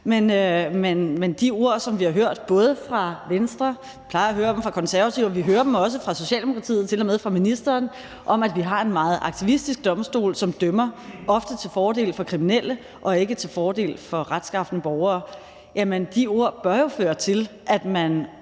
Men de ord, som vi har hørt, fra både Venstre – og vi plejer at høre dem fra Konservative, og vi hører dem også fra Socialdemokratiet – og til og med fra ministeren om, at vi har en meget aktivistisk domstol, som ofte dømmer til fordel for kriminelle og ikke til fordel for retskafne borgere, bør jo føre til, at man